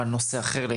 נושא אחר,